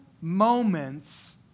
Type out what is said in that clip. moments